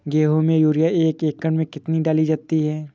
गेहूँ में यूरिया एक एकड़ में कितनी डाली जाती है?